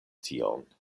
tion